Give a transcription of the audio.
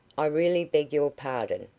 i really beg your pardon,